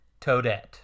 toadette